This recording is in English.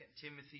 Timothy